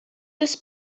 this